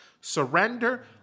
surrender